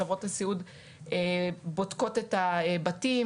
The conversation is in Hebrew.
חברות הסיעוד בודקות את הבתים,